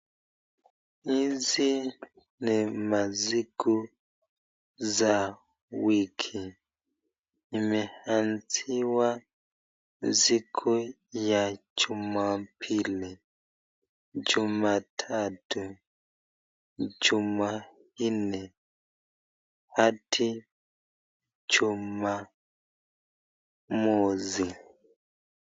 Hizi ni masiku za wiki .Imeanziwa siku ya juma pili ,jumatatu jumanne hadi jumamosi.